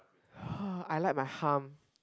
!huh! I like my hump